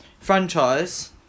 franchise